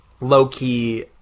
low-key